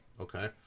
Okay